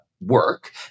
work